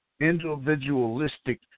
individualistic